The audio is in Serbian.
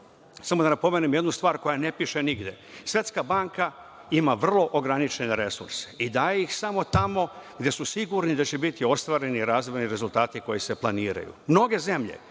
samo da napomenem jednu stvar koja ne piše nigde, Svetska banka ima vrlo ograničene resurse i daje ih samo tamo gde su sigurni da će biti ostvareni razvojni rezultati koji se planiraju. Mnoge zemlje